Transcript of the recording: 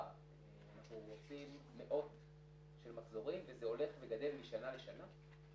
אנחנו עושים מאות של מחזורים וזה הולך וגדל משנה לשנה.